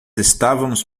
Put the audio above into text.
estávamos